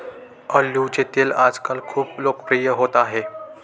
ऑलिव्हचे तेल आजकाल खूप लोकप्रिय होत आहे